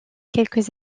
quelques